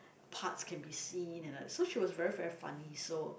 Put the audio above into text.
parts can be see and like so she was very very funny so